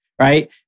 right